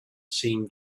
seemed